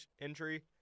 injury